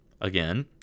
Again